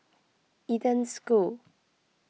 Eden School